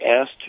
asked